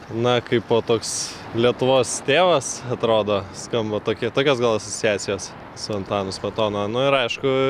na kaipo toks lietuvos tėvas atrodo skamba tokie tokios gal asociacijos su antanu smetona nu ir aišku